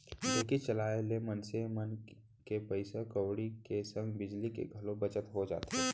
ढेंकी चलाए ले मनसे मन के पइसा कउड़ी के संग बिजली के घलौ बचत हो जाथे